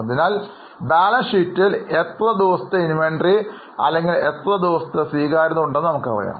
അതിനാൽ ബാലൻസ് ഷീറ്റിൽ എത്ര ദിവസത്തെ ഇൻവെന്ററി അല്ലെങ്കിൽ എത്ര ദിവസത്തെ സ്വീകാര്യത ഉണ്ടെന്ന് നമുക്കറിയാം